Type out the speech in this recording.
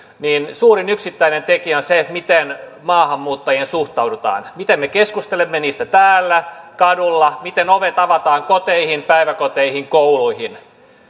niin suurin yksittäinen tekijä on se miten maahanmuuttajiin suhtaudutaan miten me keskustelemme heistä täällä kadulla miten ovet avataan koteihin päiväkoteihin ja kouluihin